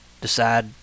decide